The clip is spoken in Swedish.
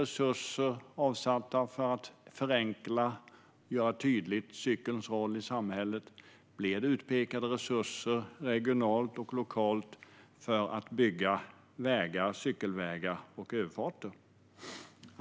Avsätts resurser för att förenkla cykelns roll i samhället och göra den tydlig? Blir det utpekade resurser regionalt och lokalt för att bygga cykelvägar och överfarter?